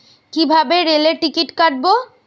কিভাবে রেলের টিকিট কাটব?